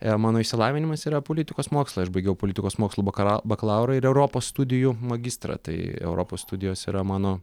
ir mano išsilavinimas yra politikos mokslai aš baigiau politikos mokslų bakarau bakalaurą ir europos studijų magistrą tai europos studijos yra mano